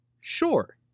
Sure